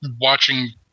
watching